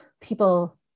people